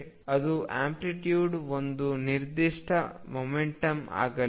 ಅದು ಆಂಪ್ಲಿಟ್ಯೂಡ್ ಒಂದು ನಿರ್ದಿಷ್ಟ ಮೊಮೆಂಟಮ್ ಆಗಲಿದೆ